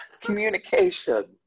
communication